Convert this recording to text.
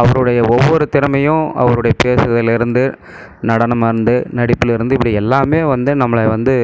அவருடைய ஒவ்வொரு திறமையும் அவருடைய பேசுதலிர்ந்து நடனம் அண்டு நடிப்புலிர்ந்து இப்படி எல்லாமே வந்து நம்மளை வந்து